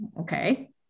okay